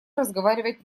разговаривать